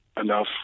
enough